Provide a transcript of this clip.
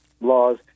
laws